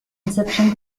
inception